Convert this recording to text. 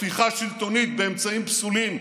הפיכה שלטונית באמצעים פסולים: